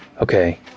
Okay